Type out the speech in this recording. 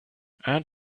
and